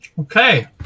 Okay